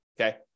okay